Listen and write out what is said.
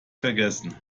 vergessen